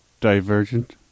divergent